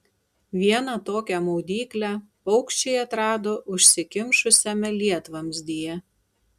vieną tokią maudyklę paukščiai atrado užsikimšusiame lietvamzdyje